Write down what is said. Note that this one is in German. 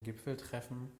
gipfeltreffen